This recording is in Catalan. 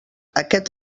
aquest